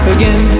Again